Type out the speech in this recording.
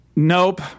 Nope